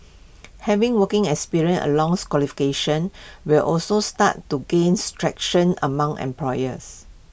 having working experience along qualifications will also start to gains traction among employers